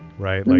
right. like